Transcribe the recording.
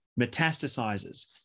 metastasizes